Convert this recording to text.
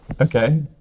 Okay